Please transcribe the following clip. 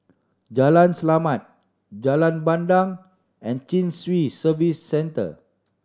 Jalan Selamat Jalan Bandang and Chin Swee Service Centre